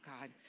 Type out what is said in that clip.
God